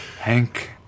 Hank